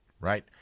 right